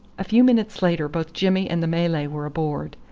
a few minutes later both jimmy and the malay were aboard,